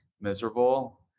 miserable